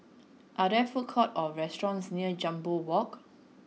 are there food courts or restaurants near Jambol Walk